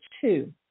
two